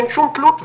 אין שום תלות,